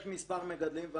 יש מספר מגדלים,